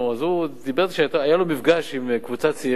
אז הוא סיפר לי שהיה לו מפגש עם קבוצת צעירים.